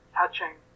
touching